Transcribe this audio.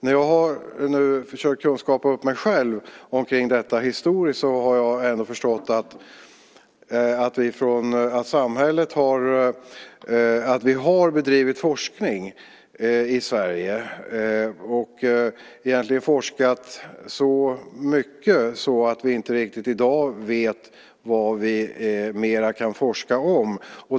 När jag har sökt kunskap åt mig själv kring detta historiskt har jag förstått att vi har bedrivit forskning i Sverige och egentligen forskat så mycket att vi i dag inte riktigt vet vad vi mer kan forska om.